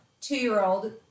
two-year-old